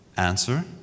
answer